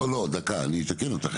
לא, דקה, אני אתקן אותך.